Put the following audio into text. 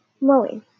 Molly